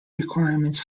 requirements